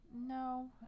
No